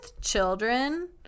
children